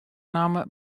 namme